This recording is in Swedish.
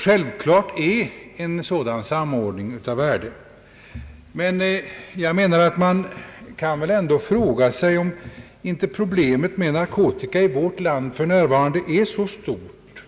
Självklart är en sådan samordning av värde, men man kan väl ändå fråga sig om inte problemet med narkotika i vårt land för närvarande är så stort,